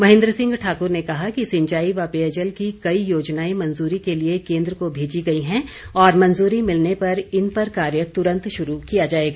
महेन्द्र सिंह ठाकुर ने कहा कि सिंचाई व पेयजल की कई योजनाएं मंजूरी के लिए केन्द्र को भेजी गई हैं और मंजूरी मिलने पर इन पर कार्य तुरंत शुरू किया जाएगा